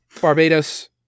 Barbados